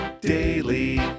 Daily